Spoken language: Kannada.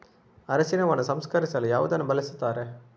ಅರಿಶಿನವನ್ನು ಸಂಸ್ಕರಿಸಲು ಯಾವುದನ್ನು ಬಳಸುತ್ತಾರೆ?